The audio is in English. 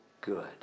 good